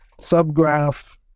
Subgraph